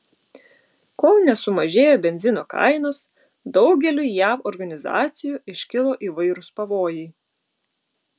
kol nesumažėjo benzino kainos daugeliui jav organizacijų iškilo įvairūs pavojai